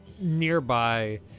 nearby